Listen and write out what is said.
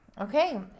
Okay